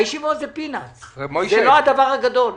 הישיבות זה לא הדבר הגדול.